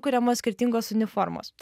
kuriamos skirtingos uniformos